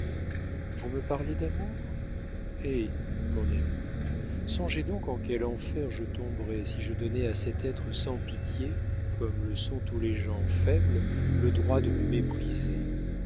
vous me parlez d'amour eh mon ami songez donc en quel enfer je tomberais si je donnais à cet être sans pitié comme le sont tous les gens faibles le droit de me mépriser